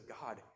God